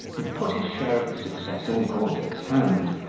he put his share of the success in gauntlet's hand,